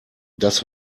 das